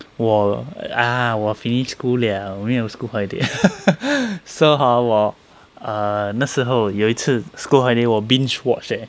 我啊我 finish school liao 没有 school holiday so hor 我 err 那时候有一次 school holiday 我 binge watch leh